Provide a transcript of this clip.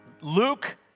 Luke